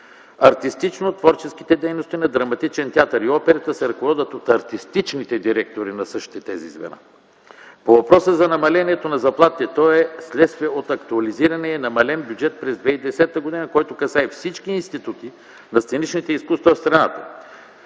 Артистично-творческите дейности на Драматичен театър и Операта се ръководят от артистичните директори на същите тези звена. По въпроса за намалението на заплатите – то е вследствие от актуализирания и намален бюджет през 2010 г., който касае всички институти на сценичните изкуства в страната.